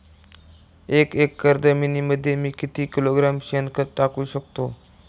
एक एकर जमिनीमध्ये मी किती किलोग्रॅम शेणखत टाकू शकतो?